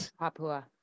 Papua